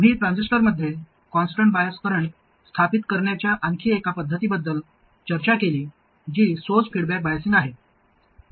आम्ही ट्रान्झिस्टरमध्ये constant bias current स्थापित करण्याच्या आणखी एका पद्धतीबद्दल चर्चा केली जी सोर्स फीडबॅक बाईसिंग आहे